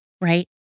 right